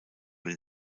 den